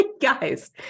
Guys